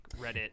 Reddit